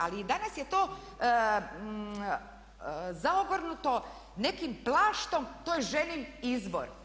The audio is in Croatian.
Ali i danas je to zaogrnuto nekim plaštom to je ženin izbor.